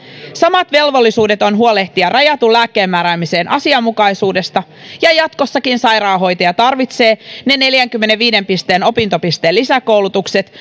samat velvollisuudet huolehtia rajatun lääkkeenmääräämisen asianmukaisuudesta ja jatkossakin sairaanhoitaja tarvitsee ne neljäänkymmeneenviiteen opintopisteen lisäkoulutukset